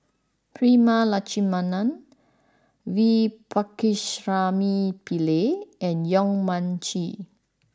Prema Letchumanan V Pakirisamy Pillai and Yong Mun Chee